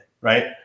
right